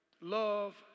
Love